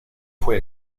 fue